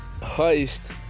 Heist